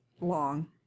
long